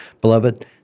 Beloved